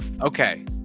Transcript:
Okay